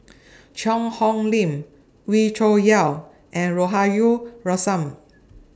Cheang Hong Lim Wee Cho Yaw and Rahayu